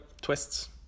twists